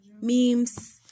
memes